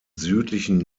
südlichen